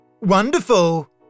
Wonderful